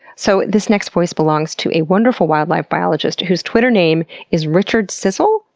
so this next voice belongs to a wonderful wildlife biologist whose twitter name is richard cissel.